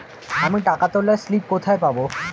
আমি টাকা তোলার স্লিপ কোথায় পাবো?